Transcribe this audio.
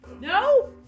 No